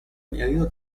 añadido